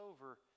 over